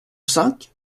cinq